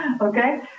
okay